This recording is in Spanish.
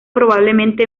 probablemente